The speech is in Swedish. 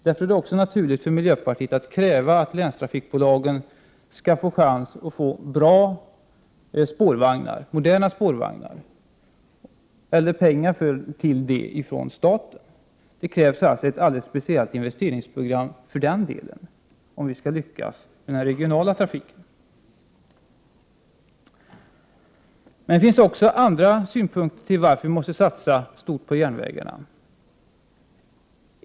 Därför är det också naturligt för miljöpartiet att kräva att länstrafikbolagen skall få chans att kräva att få bra pengar till bra, moderna spårvagnar från staten. Det krävs alltså ett ordentligt investeringsprogram i den delen för att lyckas med den regionala trafiken. Det finns också andra skäl till att vi måste satsa stort på järnvägarna.